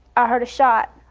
i heard a shot.